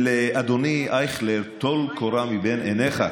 ואדוני אייכלר, טול קורה מבין עיניך,